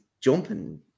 jumping